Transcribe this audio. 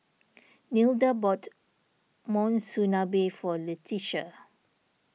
Nilda bought Monsunabe for Letitia